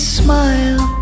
smile